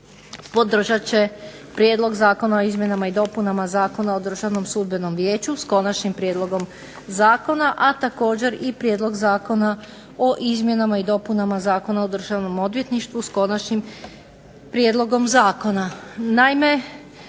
podržat će Prijedlog zakona o izmjenama i dopunama Zakona o Državnom sudbenom vijeću, s konačnim prijedlogom zakona, a također i Prijedlog zakona o izmjenama i dopunama Zakona o Državnom odvjetništvu, s konačnim prijedlogom zakona.